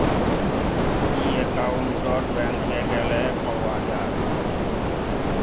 ই account ব্যাংকে গ্যালে পাউয়া যায়